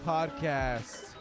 Podcast